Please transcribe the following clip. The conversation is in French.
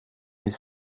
est